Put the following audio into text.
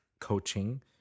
coaching